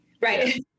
Right